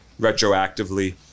retroactively